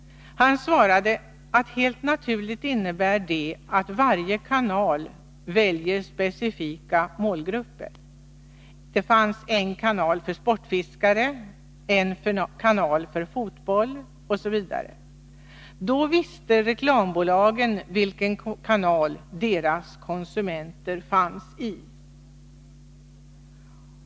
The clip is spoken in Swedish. Han svarade att det helt naturligt baseras på att varje kanal valde specifika målgrupper — det fanns en kanal för sportfiskare, en för fotboll, osv. Då visste reklambolagen vilken kanal de skulle välja för att nå sina konsumenter.